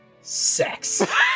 sex